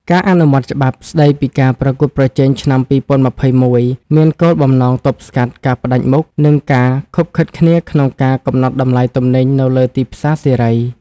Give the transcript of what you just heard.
ការអនុម័តច្បាប់ស្ដីពីការប្រកួតប្រជែងឆ្នាំ ២០២១ មានគោលបំណងទប់ស្កាត់ការផ្ដាច់មុខ និងការឃុបឃិតគ្នាក្នុងការកំណត់តម្លៃទំនិញនៅលើទីផ្សារសេរី។